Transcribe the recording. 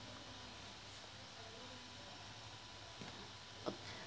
uh